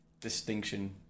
distinction